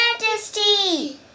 majesty